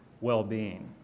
well-being